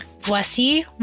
Voici